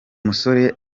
musore